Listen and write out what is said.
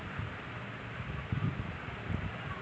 क्या कृषि ऋण में भी सिबिल स्कोर जरूरी होता है?